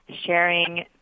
sharing